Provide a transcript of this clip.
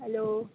hello